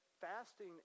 fasting